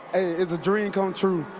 it's a dream come true.